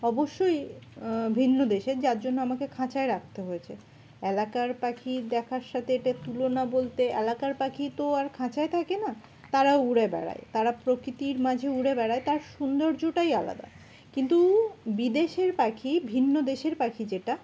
অবশ্যই ভিন্ন দেশের যার জন্য আমাকে খাঁচায় রাখতে হয়েছে এলাকার পাখি দেখার সাথে এটার তুলনা বলতে এলাকার পাখি তো আর খাঁচায় থাকে না তারাও উড়ে বেড়ায় তারা প্রকৃতির মাঝে উড়ে বেড়ায় তার সৌন্দর্যটাই আলাদা কিন্তু বিদেশের পাখি ভিন্ন দেশের পাখি যেটা